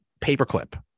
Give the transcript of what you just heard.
paperclip